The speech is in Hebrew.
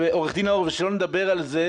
עו"ד נאור, ושלא לדבר על זה